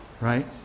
right